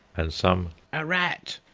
and some a rat.